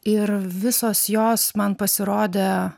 ir visos jos man pasirodė